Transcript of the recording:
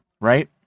right